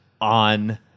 On